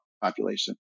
population